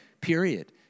period